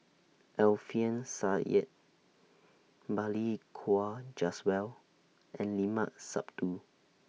Alfian Sa'at Balli Kaur Jaswal and Limat Sabtu